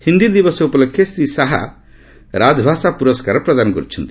ହିନ୍ଦୀ ଦିବସ ଉପଲକ୍ଷେ ଶ୍ରୀ ଶାହା ରାଜଭାଷା ପୁରସ୍କାର ପ୍ରଦାନ କରିଛନ୍ତି